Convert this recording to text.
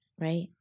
right